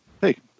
hey